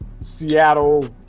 Seattle